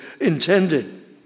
intended